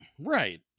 Right